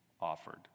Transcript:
offered